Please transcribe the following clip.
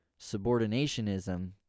Subordinationism